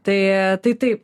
tai tai taip